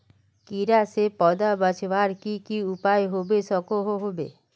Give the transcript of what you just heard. कीड़ा से पौधा बचवार की की उपाय होबे सकोहो होबे?